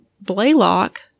blaylock